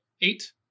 eight